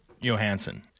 Johansson